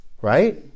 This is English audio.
right